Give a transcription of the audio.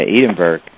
Edinburgh